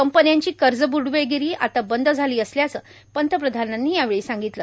कंपन्यांची कर्ज ब्डवेगीरी आता बंद झाली असल्याचं पंतप्रधानांनी यावेळी सांगितलं